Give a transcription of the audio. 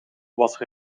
was